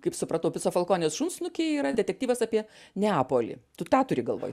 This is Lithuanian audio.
kaip supratau pico falkonės šunsnukiai yra detektyvas apie neapolį tu tą turi galvoj